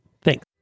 Thanks